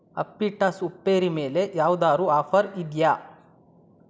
ಅಪ್ಪಿಟಾಸ್ ಉಪ್ಪೇರಿ ಮೇಲೆ ಯಾವ್ದಾದ್ರೂ ಆಫರ್ ಇದೆಯಾ